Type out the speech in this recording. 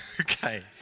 Okay